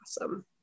awesome